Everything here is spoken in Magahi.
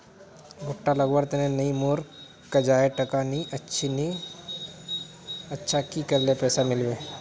भुट्टा लगवार तने नई मोर काजाए टका नि अच्छा की करले पैसा मिलबे?